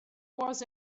was